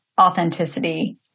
authenticity